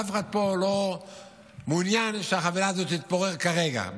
ואף אחד פה לא מעוניין שהחברה הזאת תפורר כרגע,